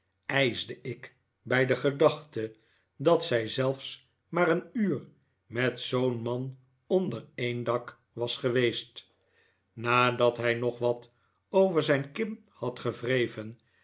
ijsde ik bij de gedachtej dat zij zelfs maar een uur met zoo'n man onder een dak was geweest nadat hij nog wat over zijn kin had gewreven